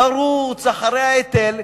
לרוץ אחרי ההיטל,